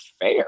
fair